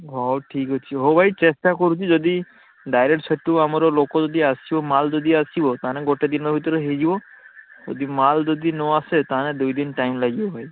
ହଉ ଠିକ୍ଅଛି ହଉ ଭାଇ ଚେଷ୍ଟା କରୁଛି ଯଦି ଡାଇରେକ୍ଟ ସେଇଠୁ ଆମର ଲୋକ ଯଦି ଆସିବ ମାଲ ଯଦି ଆସିବ ତାହେନେ ଗୋଟେ ଦିନ ଭିତରେ ହେଇଯିବ ଯଦି ମାଲ ଯଦି ନ ଆସେ ତାହାନେ ଦୁଇଦିନ ଟାଇମ୍ ଲାଗିବ ଭାଇ